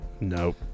Nope